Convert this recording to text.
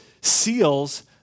seals